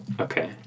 okay